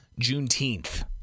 Juneteenth